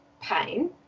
pain